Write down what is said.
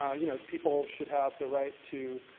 you know, people should have the right to,